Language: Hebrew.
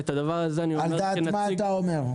על דעת מי אתה אומר?